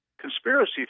Conspiracy